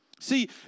See